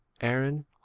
Aaron